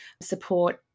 support